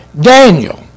Daniel